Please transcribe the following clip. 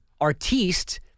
artiste